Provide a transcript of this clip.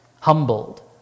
humbled